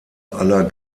aller